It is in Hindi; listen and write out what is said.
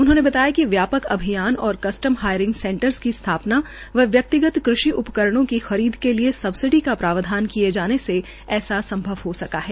उन्होंने बताया कि व्यापक अभियान और कस्टम हायरिंग सेंटर्स की स्थापना और व्यक्तिगत कृषि उपकरणों की खरीद के लिए सबसिडी का प्रावधान किए जाने से ऐसा सम्भव हो सका है